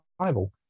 survival